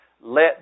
let